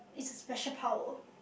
it's a special power